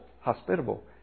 Hospitable